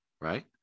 Right